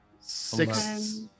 six